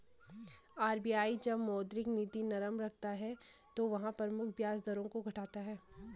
RBI जब मौद्रिक नीति नरम रखता है तो वह प्रमुख ब्याज दरों को घटाता है